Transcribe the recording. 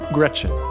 Gretchen